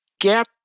get